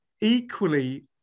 equally